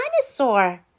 dinosaur